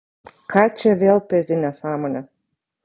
ką čia vėl pezi nesąmones